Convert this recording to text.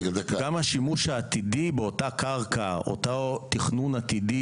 גם את השימוש העתידי באותה קרקע או את התכנון העתידי